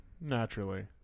naturally